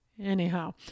Anyhow